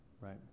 right